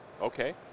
okay